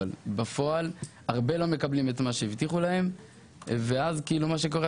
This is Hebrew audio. בפועל הרבה לא מקבלים את מה שהבטיחו להם ואז מה שקורה,